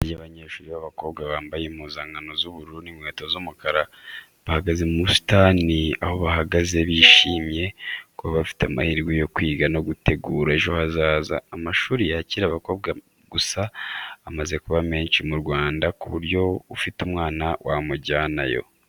Itsinda ry'abanyeshuri b'abakobwa bambaye impuzankano z'ubururu n'inkweto z'umukara, bahagaze mu busitani aho bahagaze bishimye kuba bafite amahirwe yo kwiga no gutegura ejo hazaza. Amashuri yakira abakobwa gusa amaze kuba menshi mu Rwanda ku buryo ufite umwana wamujyanayo.